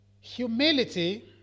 Humility